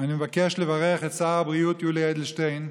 אני מבקש לברך את שר הבריאות יולי אדלשטיין,